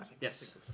Yes